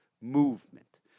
movement